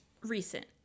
recent